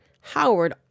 Howard